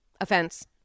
offense